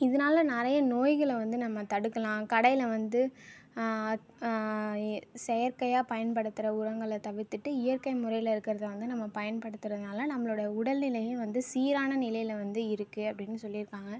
இதனால நிறையா நோய்களை வந்து நம்ம தடுக்கலாம் கடையில் வந்து செயற்கையாக பயன்படுத்துகிற உரங்களை தவிர்த்துவிட்டு இயற்கை முறையில் இருக்கிறத வந்து நம்ம பயன்படுத்துகிறதுனால நம்மளுடைய உடல் நிலையும் வந்து சீரான நிலையில் வந்து இருக்குது அப்படின் சொல்லியிருக்காங்க